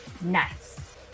Nice